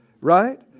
Right